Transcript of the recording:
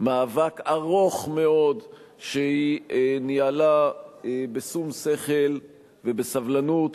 מאבק ארוך מאוד שהיא ניהלה בשום שכל ובסבלנות